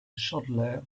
chandler